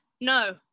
no